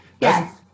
Yes